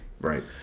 Right